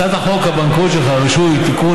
הצעת חוק הבנקאות (רישוי) (תיקון,